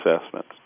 assessments